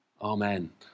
Amen